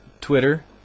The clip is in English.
Twitter